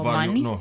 money